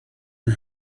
and